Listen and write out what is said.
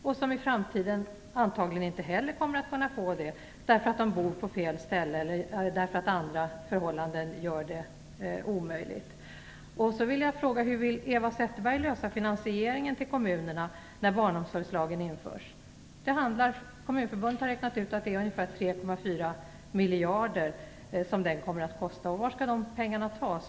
De kommer antagligen inte heller i framtiden att få del av omsorgen, därför att de bor på fel ställe eller andra förhållanden gör det omöjligt. Hur vill Eva Zetterberg lösa problemet med finansieringen till kommunerna när barnomsorgslagen införs? Kommunförbundet har räknat ut att lagen kommer att kosta 3,4 miljarder kronor. Varifrån skall de pengarna tas?